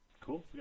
Cool